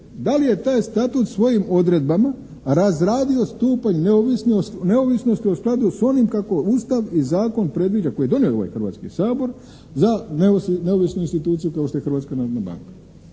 da li je taj statut svojim odredbama razradio stupanj neovisnosti u skladu sa onim kako Ustav i zakon predviđa, koji je donio ovaj Hrvatski sabor, za neovisnu instituciju kao što je Hrvatska narodna banka.